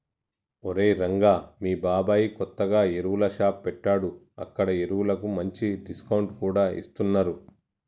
ఒరేయ్ రంగా మీ బాబాయ్ కొత్తగా ఎరువుల షాప్ పెట్టాడు అక్కడ ఎరువులకు మంచి డిస్కౌంట్ కూడా ఇస్తున్నరు